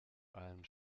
einem